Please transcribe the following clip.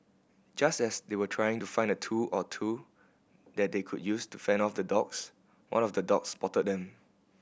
just as they were trying to find a tool or two that they could use to fend off the dogs one of the dogs spotted them